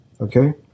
Okay